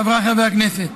חבריי חברי הכנסת,